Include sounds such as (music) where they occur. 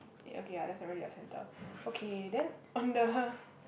okay yeah that's already your centre okay then on the (breath)